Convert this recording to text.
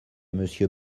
monsieur